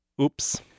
Oops